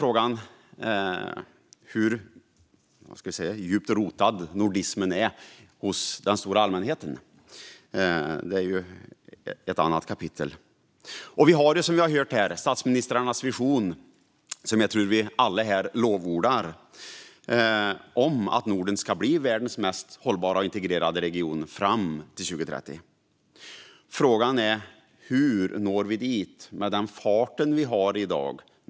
Frågan är dock hur djupt rotad nordismen är hos den stora allmänheten, men det är ett annat kapitel. Alla här lovordar nog statsministrarnas vision om att Norden ska bli världens mest hållbara och integrerade region till 2030. Frågan är om vi når dit med den fart vi har i dag.